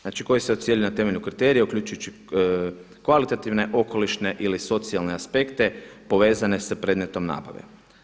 Znači, koji se ocjenjuje na temelju kriterija uključujući kvalitativne, okolišne ili socijalne aspekte povezane sa predmetom nabave.